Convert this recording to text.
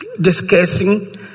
discussing